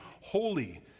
holy